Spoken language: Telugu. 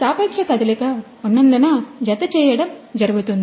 సాపేక్ష కదలిక ఉన్నందున జత చేయడం జరుగుతుంది